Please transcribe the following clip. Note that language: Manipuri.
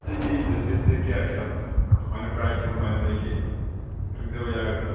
ꯁꯤꯒꯤ ꯕꯤꯁꯀꯤꯠꯁꯦ ꯀꯌꯥ ꯀꯌꯥ ꯀꯃꯥꯏꯅ ꯄ꯭ꯔꯥꯏꯁꯁꯦ ꯀꯃꯥꯏꯅ ꯂꯩꯒꯦ ꯈꯪꯖꯕ ꯌꯥꯒꯗ꯭ꯔꯥ